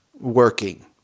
working